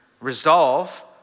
Resolve